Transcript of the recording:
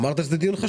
אמרת שזה דיון חשוב.